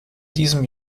diesem